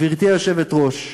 גברתי היושבת-ראש,